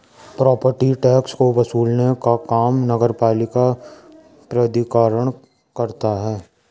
property tax को वसूलने का काम नगरपालिका प्राधिकरण करता है